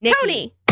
Tony